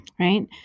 right